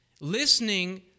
Listening